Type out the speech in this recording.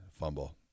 fumble